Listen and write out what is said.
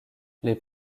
les